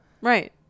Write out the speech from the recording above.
Right